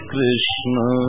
Krishna